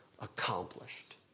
accomplished